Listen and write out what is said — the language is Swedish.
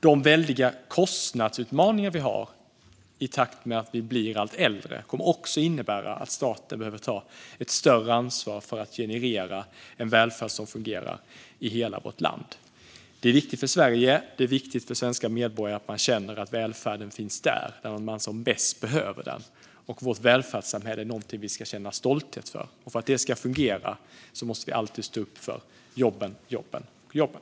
De väldiga kostnadsutmaningar vi har i takt med att vi blir allt äldre kommer också att innebära att staten behöver ta ett större ansvar för att generera en välfärd som fungerar i hela vårt land. Det är viktigt för Sverige. Det är viktigt för svenska medborgare att man känner att välfärden finns när man som bäst behöver den. Vårt välfärdssamhälle är någonting vi ska känna stolthet över. För att det ska fungera måste vi alltid stå upp för jobben, jobben och jobben.